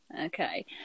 Okay